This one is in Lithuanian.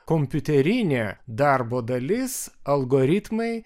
kompiuterinė darbo dalis algoritmai